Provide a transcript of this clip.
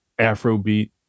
Afrobeat